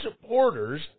supporters